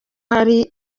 hari